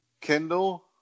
Kendall